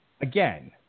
again